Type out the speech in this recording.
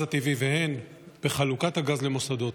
הטבעי והן בחלוקת הגז למוסדות.